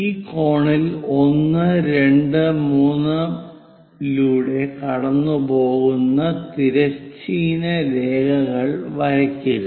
ഈ കോണിൽ 1 2 3 ലൂടെ കടന്നുപോകുന്ന തിരശ്ചീന രേഖകൾ വരയ്ക്കുക